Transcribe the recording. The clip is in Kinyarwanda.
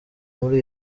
muri